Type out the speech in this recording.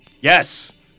Yes